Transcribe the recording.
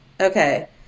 Okay